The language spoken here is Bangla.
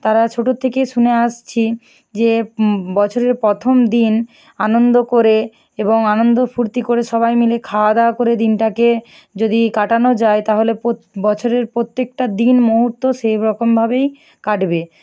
তারা ছোটর থেকেই শুনে আসছি যে বছরের প্রথম দিন আনন্দ করে এবং আনন্দ ফূর্তি করে সবাই মিলে খাওয়াদাওয়া করে দিনটাকে যদি কাটানো যায় তাহলে বছরের প্রত্যেকটা দিন মুহূর্ত সেইরকমভাবেই কাটবে